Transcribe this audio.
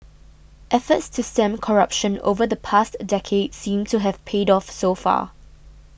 efforts to stem corruption over the past decade seem to have paid off so far